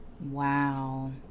Wow